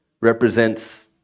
represents